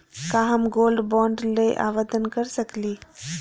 का हम gold bond ल आवेदन कर सकली?